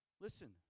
Listen